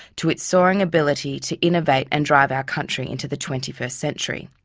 to its soaring ability, to innovate and drive our country into the twenty first century.